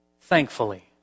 Thankfully